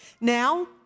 Now